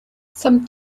some